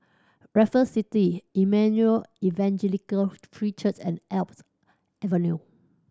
Raffles City Emmanuel Evangelical Free Church and Alps Avenue